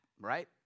right